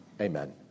Amen